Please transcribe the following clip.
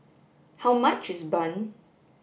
how much is bun